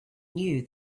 knew